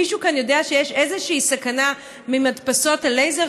מישהו כאן יודע שיש איזושהי סכנה ממדפסות הלייזר,